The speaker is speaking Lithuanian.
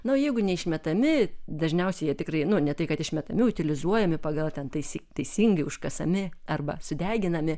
nauji jeigu neišmetami dažniausiai jie tikrai ne tai kad išmetami utilizuojami pagal ten teisi teisingai užkasami arba sudeginami